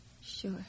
Sure